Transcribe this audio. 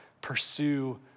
pursue